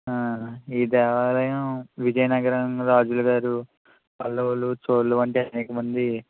ఈ దేవాలయం విజయనగరం రాజులగారు పల్లవులు చోళుల వంటి అనేక మంది